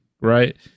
right